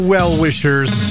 Well-Wishers